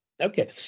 Okay